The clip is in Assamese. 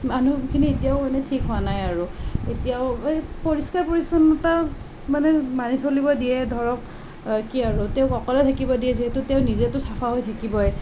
মানুহখিনি এতিয়াও মানে ঠিক হোৱা নাই আৰু এতিয়াও পৰিষ্কাৰ পৰিচ্ছন্নতা মানে মানি চলিব দিয়ে ধৰক কি আৰু তেওঁক অকলে থাকিব দিয়ে যিহেতু তেওঁ নিজেতো চাফা হৈ থাকিবই